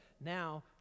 Now